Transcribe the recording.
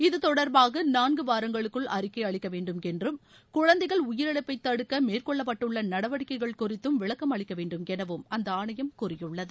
இதுதொடர்பாக நான்கு வாரங்களுக்குள் அறிக்கை அளிக்க வேண்டும் என்றும் குழந்தைகள் உயிரிழப்பை தடுக்க மேற்கொள்ளப்பட்டுள்ள நடவடிக்கைள் குறித்தும் விளக்கம் அளிக்க வேண்டும் எனவும் அந்த ஆணையம் கூறியுள்ளது